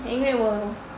因为我